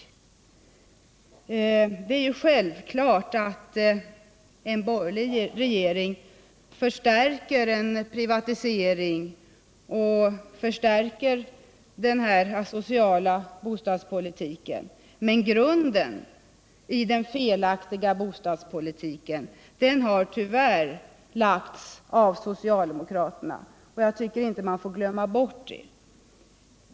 Det är självklart att en borgerlig regering förstärker privatiseringen och den asociala bostadspolitiken. Men grunden till den felaktiga bostadspolitiken har tyvärr lagts av socialdemokraterna, och det tycker jag att man inte skall glömma bort.